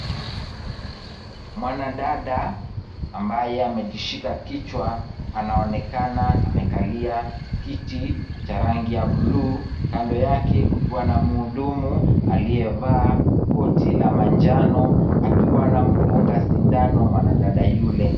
Mwanadada ambaye amejishika kichwa anaonekana amekalia kiti cha rangi ya bluu. Kando yake kukiwa na mhudumu koti la manjano akiwa anamdunga sindano mwanadada yule.